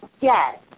Yes